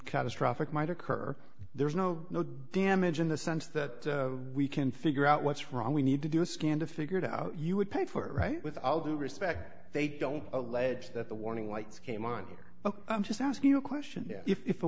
catastrophic might occur there's no damage in the sense that we can figure out what's wrong we need to do a scan to figure it out you would pay for it right with all due respect they don't allege that the warning lights came on ok i'm just asking a question if a